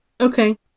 Okay